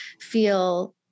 feel